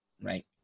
Right